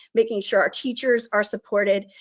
making sure our teachers are supported.